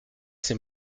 s’est